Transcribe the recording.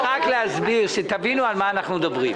אני מבקש להסביר כדי שתבינו על מה אנחנו מדברים.